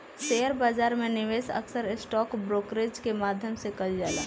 share बाजार में निवेश अक्सर स्टॉक ब्रोकरेज के माध्यम से कईल जाला